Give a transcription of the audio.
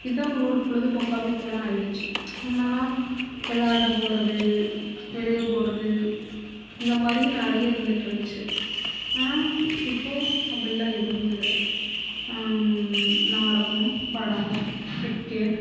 இதுதான் அவங்களோட பொழுதுபோக்காவே போல் ஆகிடுச்சி முன்னெலாம் வெளாடா போவது வெளியே போவது இந்த மாதிரி நிறைய இருந்துட்டு இருந்துச்சு ஆனால் இப்போது அப்படியெல்லாம் எதுவுமே இல்லை நாடகம் படம் கிரிக்கெட்